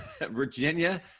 Virginia